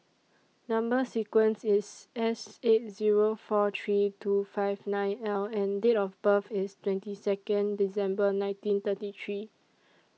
Number sequence IS S eight Zero four three two five nine L and Date of birth IS twenty Second December nineteen thirty three